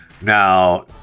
Now